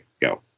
go